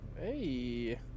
Hey